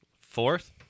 fourth